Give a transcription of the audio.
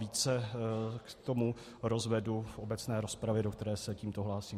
Více k tomu rozvedu v obecné rozpravě, do které se tímto hlásím.